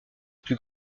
plus